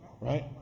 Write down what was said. Right